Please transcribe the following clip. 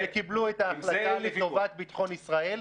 -- שקיבלו את ההחלטה לטובת ביטחון ישראל,